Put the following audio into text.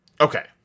Okay